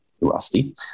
rusty